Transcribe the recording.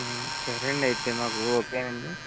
సరే అండి అయితే మాకు ఓకే అండి